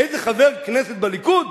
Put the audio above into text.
איזה חבר כנסת בליכוד,